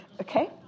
Okay